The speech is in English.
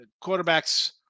quarterback's